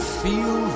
feel